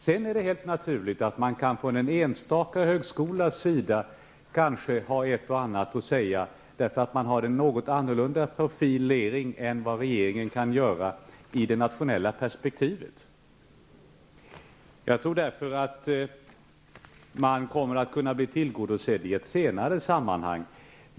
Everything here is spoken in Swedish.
Det är helt naturligt att enstaka högskolor kan ha ett och annat att säga därför att man har en något annorlunda profilering jämfört med de hänsyn som regeringen har att ta i det nationella perspektivet. Jag tror därför att man kommer att kunna bli tillgodosedd i ett senare sammanhang.